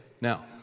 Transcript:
now